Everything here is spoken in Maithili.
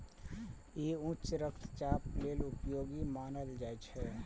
ई उच्च रक्तचाप लेल उपयोगी मानल जाइ छै